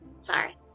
Sorry